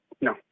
No